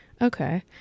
Okay